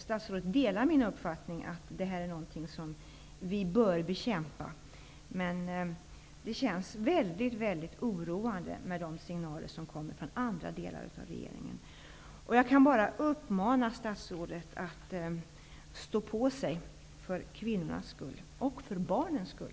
Statsrådet delar nog min uppfattning att detta är någonting som bör bekämpas, men signalerna från andra delar av regeringen känns väldigt oroande. Jag kan bara uppmana statsrådet att stå på sig för kvinnornas och för barnens skull.